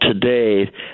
today